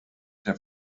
der